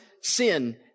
sin